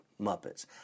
Muppets